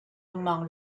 among